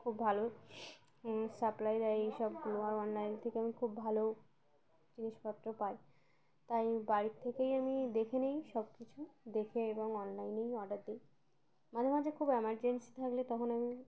খুব ভালো সাপ্লাই দেয় এই সবগুলো আর অনলাইন থেকে আমি খুব ভালো জিনিসপত্র পাই তাই বাড়ির থেকেই আমি দেখে নিই সব কিছু দেখে এবং অনলাইনেই অর্ডার দিই মাঝে মাঝে খুব এমার্জেন্সি থাকলে তখন আমি